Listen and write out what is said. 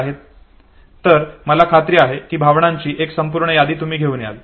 तर मला खात्री आहे की भावनांची एक पूर्ण यादी तुम्ही घेउन याल